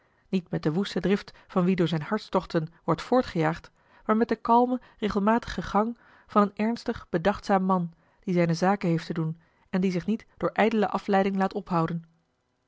niet met de woeste drift van wie door zijne hartstochten wordt voortgejaagd maar met den kalmen regelmatigen gang van een ernstig bedachtzaam man die zijne zaken heeft te doen en die zich niet door ijdele afleiding laat ophouden